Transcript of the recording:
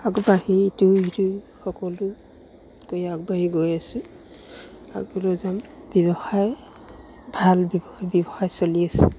আগবাঢ়ি ইটো সিটো সকলো গৈ আগবাঢ়ি গৈ আছো আগলৈও যাম ব্যৱসায় ভাল ব্যৱসায় চলি আছো